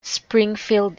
springfield